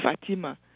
Fatima